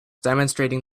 demonstrating